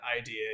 idea